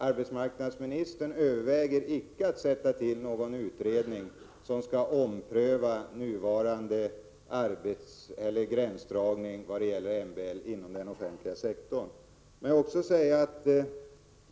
Arbetsmarknadsministern överväger icke att sätta till någon utredning som skall ompröva nuvarande gränsdragning vad gäller MBL inom den offentliga sektorn.